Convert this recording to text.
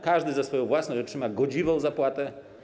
Każdy za swoją własność otrzyma godziwą zapłatę.